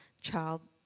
child